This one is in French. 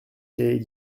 cahier